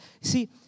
See